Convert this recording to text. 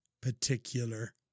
particular